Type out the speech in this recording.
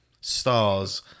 stars